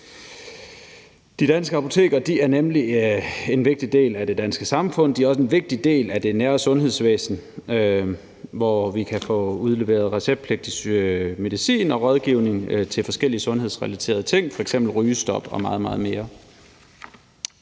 De danske apoteker er nemlig en vigtig del af det danske samfund. De er også en vigtig del af det nære sundhedsvæsen, hvor vi kan få udleveret receptpligtig medicin og få rådgivning om forskellige sundhedsrelaterede ting, f.eks. rygestop og meget, meget